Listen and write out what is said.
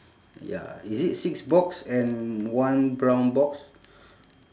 ya is it six box and one brown box